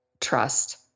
trust